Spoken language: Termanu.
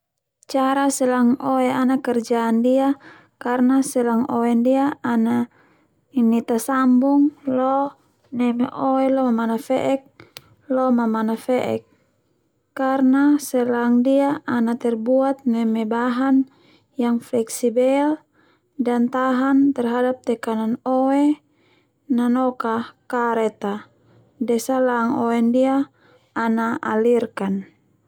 Cara selang oe ana kerja ndia karna selang oe ndia ana ini tasambung lo neme oe lo mamana fe'ek lo mamana fe'ek, karna selang ndia ana terbuat neme bahan yang fleksibel dan tahan terhadap tekanan oe nanoka karet a de selang oe ndia ana alirkan.